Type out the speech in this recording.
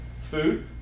food